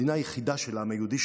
המדינה היחידה של העם היהודי,